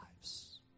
lives